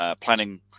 planning